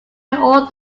all